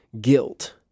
guilt